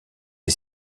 est